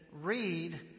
read